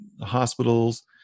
hospitals